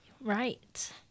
Right